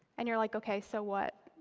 and you're like, ok, so what?